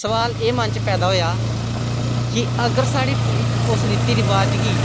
सोआल एह् मन च पैदा होआ कि अगर साढ़ी पिढ़ी नै उस रिती रवाज गी